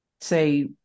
say